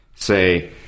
say